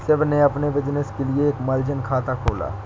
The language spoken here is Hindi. शिव ने अपने बिज़नेस के लिए एक मार्जिन खाता खोला